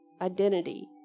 identity